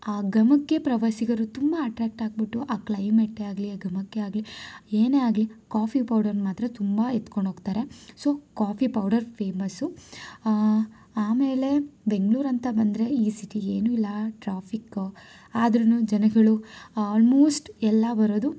ಆ ಘಮಕ್ಕೆ ಪ್ರವಾಸಿಗರು ತುಂಬ ಅಟ್ರಾಕ್ಟ್ ಆಗ್ಬಿಟ್ಟು ಆ ಕ್ಲೈಮೇಟ್ಟೆ ಆಗಲಿ ಆ ಘಮಕ್ಕೆ ಆಗಲಿ ಏನೇ ಆಗಲಿ ಕಾಫಿ ಪೌಡರ್ ಮಾತ್ರ ತುಂಬ ಎತ್ಕೊಂಡು ಹೋಗ್ತಾರೆ ಸೊ ಕಾಫಿ ಪೌಡರ್ ಫೇಮಸ್ಸು ಆಮೇಲೆ ಬೆಂಗ್ಳೂರು ಅಂತ ಬಂದರೆ ಈ ಸಿಟಿಲಿ ಏನು ಇಲ್ಲ ಟ್ರಾಫಿಕ್ಕು ಆದ್ರೂ ಜನಗಳು ಆಲ್ಮೋಸ್ಟ್ ಎಲ್ಲ ಬರೋದು